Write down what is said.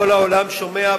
כל העולם שומע,